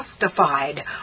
justified